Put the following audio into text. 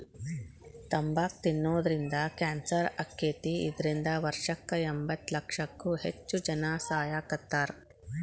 ತಂಬಾಕ್ ತಿನ್ನೋದ್ರಿಂದ ಕ್ಯಾನ್ಸರ್ ಆಕ್ಕೇತಿ, ಇದ್ರಿಂದ ವರ್ಷಕ್ಕ ಎಂಬತ್ತಲಕ್ಷಕ್ಕೂ ಹೆಚ್ಚ್ ಜನಾ ಸಾಯಾಕತ್ತಾರ